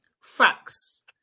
Facts